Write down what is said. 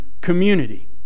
community